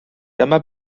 dyma